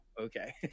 Okay